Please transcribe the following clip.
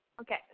Okay